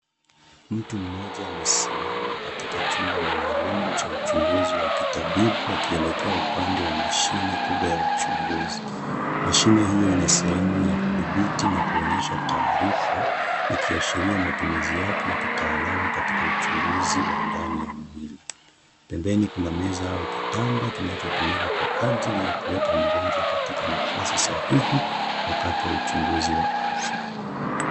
Mtu mmoja amesimama katika chumba maalum cha uchunguzi wa kitabibu upande wa mashine kubwa ya uchunguzi. Mashine hiyo ina sehemu ya kudhibiti na kuonyesha taarifa ikiashiria matumizi yake ya kitaalamu katika uchunguzi wa ndani ya mwili. Pembeni kuna meza au kitanda kinachotumika kwa ajili ya kuweka mgonjwa katika nafasi sahihi wakati wa uchunguzi wa afya.